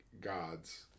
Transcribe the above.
gods